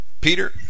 Peter